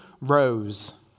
rose